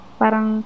parang